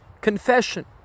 Confession